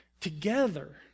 together